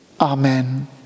Amen